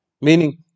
meaning